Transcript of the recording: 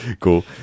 cool